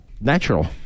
natural